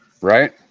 Right